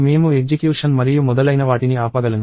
మేము ఎగ్జిక్యూషన్ మరియు మొదలైనవాటిని ఆపగలను